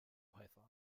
python